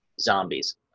zombies